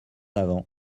avant